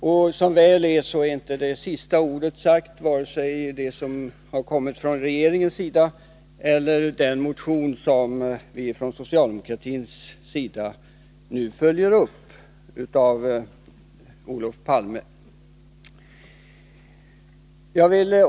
Sista ordet är som väl är inte sagt vare sig från regeringens sida genom propositionen eller från socialdemokratins sida genom motionen av Olof Palme.